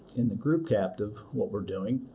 in the group captive, what we're doing,